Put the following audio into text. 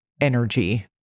energy